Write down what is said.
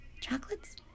Chocolates